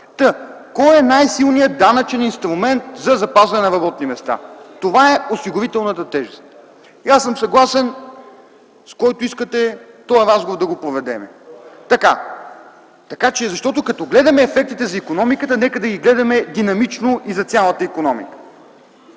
тема. Кой е най-силният данъчен инструмент за запазване на работни места? Това е осигурителната тежест. Аз съм съгласен да проведем този разговор с когото искате. Така че като гледаме ефектите за икономиката, нека да ги гледаме динамично и за цялата икономика.